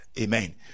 Amen